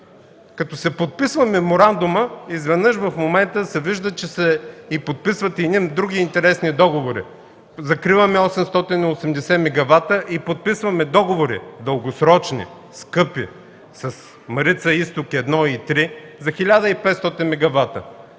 Като се подписва меморандумът, изведнъж в момента се вижда, че се подписват и едни други интересни договори – закриваме 880 мегавата и подписваме договори – дългосрочни, скъпи с „Марица изток” 1 и 3 за 1500 мегавата.